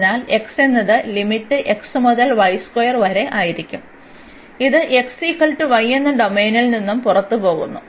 അതിനാൽ x എന്നത് limit x മുതൽ വരെ ആയിരിക്കും ഇത് x y എന്ന ഡൊമെയ്നിൽ നിന്ന് പുറത്തുപോകുന്നു